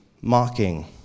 mocking